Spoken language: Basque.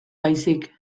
baizik